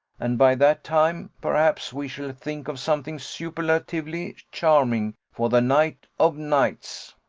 and by that time, perhaps, we shall think of something superlatively charming for the night of nights.